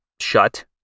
shut